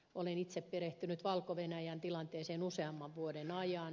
olen itse perehtynyt valko venäjän tilanteeseen useamman vuoden ajan